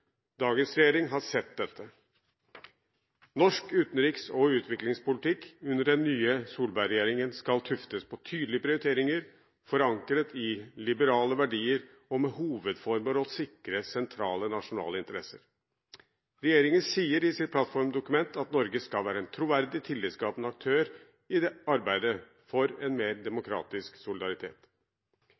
Dagens regjering har sett dette. Norsk utenriks- og utviklingspolitikk under den nye Solberg-regjeringen skal tuftes på tydelige prioriteringer, forankret i liberale verdier og med hovedformål å sikre sentrale nasjonale interesser. Regjeringen sier i sitt plattformdokument at Norge skal være en troverdig, tillitskapende aktør i arbeidet for en mer demokratisk solidaritet.